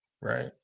right